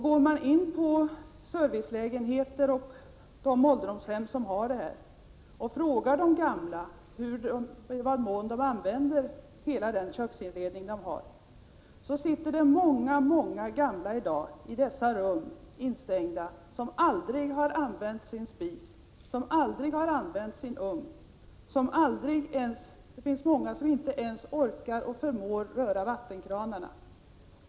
Går man in på servicelägenheterna och ålderdomshemmen och frågar de gamla i vad mån de använder hela den köksinredningen, upptäcker man att många gamla i dag sitter instängda i sina rum och aldrig har använt sin spis, aldrig har använt sin ugn och inte ens orkar eller förmår röra vattenkranarna.